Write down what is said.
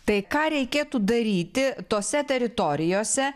tai ką reikėtų daryti tose teritorijose